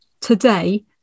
Today